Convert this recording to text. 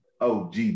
og